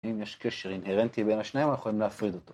‫אם יש קשר אינהרנטי בין השניים ‫אנחנו יכולים להפריד אותו.